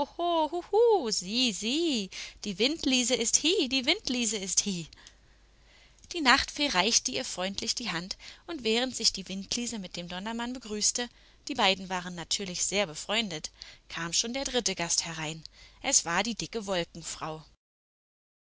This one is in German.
die windliese ist hie die windliese ist hie die nachtfee reichte ihr freundlich die hand und während sich die windliese mit dem donnermann begrüßte die beiden waren natürlich sehr befreundet kam schon der dritte gast herein es war die dicke